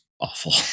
awful